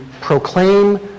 proclaim